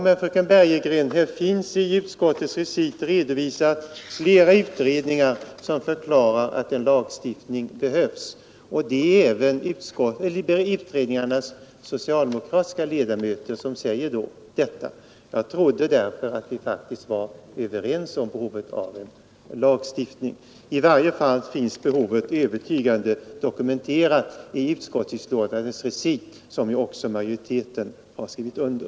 Men, fröken Bergegren, i utskottets recit har redovisats flera utredningar som förklarat att en lagstiftning behövs, och detta säger även dessa utredningars socialdemokratiska ledamöter. Jag trodde därför att vi faktiskt var överens om behovet av en lagstiftning. I varje fall finns behovet övertygande dokumenterat i utskottsbetänkandets recit som också majoriteten har skrivit under.